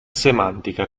semantica